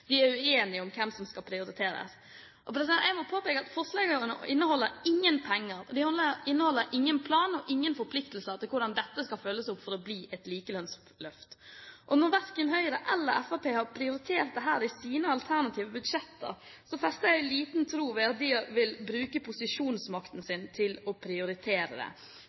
De er uenige om hvem som skal prioriteres. Jeg må påpeke at forslagene inneholder ingen penger, ingen plan og ingen forpliktelser om hvordan dette skal følges opp for å bli et likelønnsløft. Når verken Høyre eller Fremskrittspartiet har prioritert dette i sine alternative budsjetter, fester jeg liten tillit til at de vil bruke posisjonsmakten sin til å prioritere det.